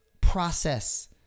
process